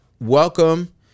welcome